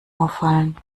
auffallen